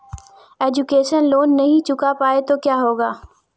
Education loan नहीं चुका पाए तो क्या होगा?